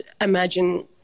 imagine